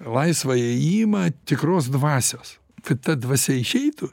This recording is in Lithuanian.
laisvą įėjimą tikros dvasios kad ta dvasia išeitų